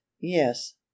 yes